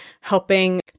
helping